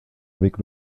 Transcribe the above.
avec